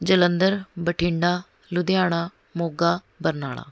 Jalandhar Bathinda Ludhiana Moga Barnala